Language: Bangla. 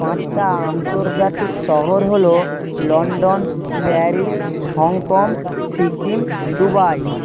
পাঁচটা আন্তর্জাতিক শহর হল London Paris Hong Kong Sikkim Dubai